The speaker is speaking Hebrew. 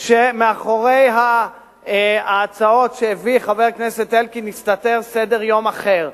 שמאחורי ההצעות שהביא חבר הכנסת אלקין מסתתר סדר-יום אחר,